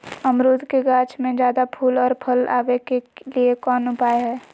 अमरूद के गाछ में ज्यादा फुल और फल आबे के लिए कौन उपाय है?